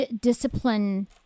discipline